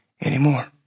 anymore